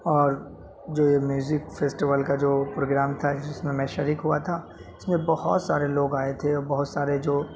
اور جو یہ فیسٹول کا جو پروگرام تھا جس میں میں شریک ہوا تھا اس میں بہت سارے لوگ آئے تھے بہت سارے جو